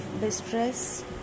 distress